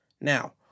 now